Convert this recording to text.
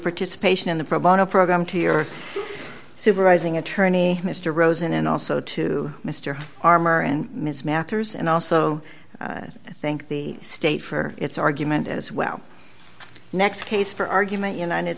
participation in the pro bono program to your supervising attorney mr rosen and also to mr armor and ms matters and also thank the state for its argument as well next case for argument united